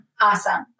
Awesome